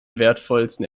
wertvollsten